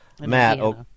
Matt